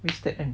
wasted kan